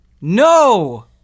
No